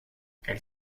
elle